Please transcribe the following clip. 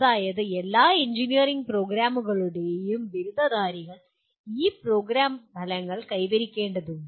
അതായത് എല്ലാ എഞ്ചിനീയറിംഗ് പ്രോഗ്രാമുകളുടെയും ബിരുദധാരികൾക്ക് ഈ പ്രോഗ്രാം ഫലങ്ങൾ കൈവരിക്കേണ്ടതുണ്ട്